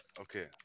okay